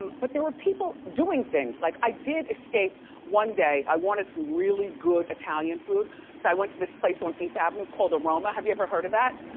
but there were people doing things, like i did escape one day. i wanted some really good italian food, so i went to this place on eighth avenue called aroma. have you ever heard of that?